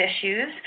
issues